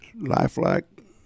lifelike